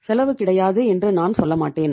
செலவு கிடையாது என்று நான் சொல்லமாட்டேன்